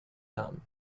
done